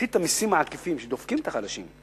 להפחית את המסים העקיפים שדופקים את החלשים,